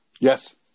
Yes